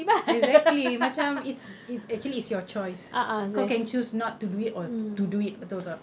exactly macam it's it's actually it's your choice kau can choose not to do it or to do it betul tak